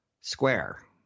Square